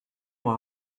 aura